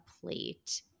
plate